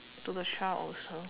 to the child also